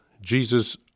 Jesus